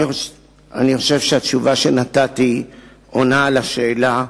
אני חושב שהתשובה שנתתי עונה על השאלה.